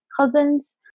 cousins